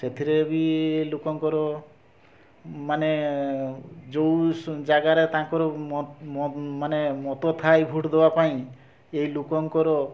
ସେଥିରେ ବି ଲୋକଙ୍କର ମାନେ ଯେଉଁ ଜାଗାରେ ତାଙ୍କର ମାନେ ମତ ଥାଏ ଭୋଟ୍ ଦେବା ପାଇଁ ଏଇ ଲୋକଙ୍କର